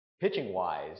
pitching-wise